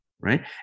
Right